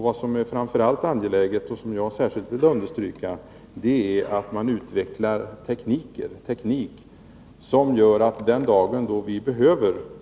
Vad som framför allt är angeläget och som jag särskilt vill understryka är att man utvecklar en teknik, som gör att vi den dag då vi